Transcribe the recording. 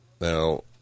Now